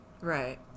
right